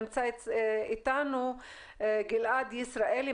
נמצא איתנו גלעד ישראלי,